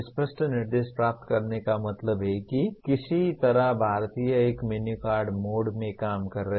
स्पष्ट निर्देश प्राप्त करने का मतलब है कि किसी तरह भारतीय एक मेनू कार्ड मोड में काम कर रहे हैं